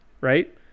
right